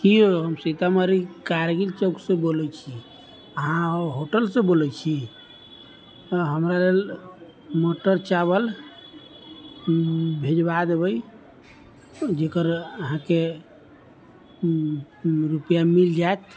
कि यौ हम सीतामढ़ी कारगिल चौकसँ बोलै छी अहाँ होटलसँ बोलै छी हमरा लेल मटर चावल भिजवा देबै जकर अहाँके रुपिआ मिल जाइत